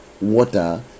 water